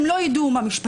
הם לא ידעו מה משפטי,